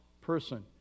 person